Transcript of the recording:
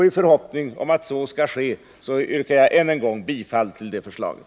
I förhoppning om att så sker yrkar jag än en gång bifall till det förslaget.